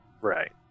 Right